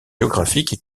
géographiques